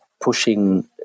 pushing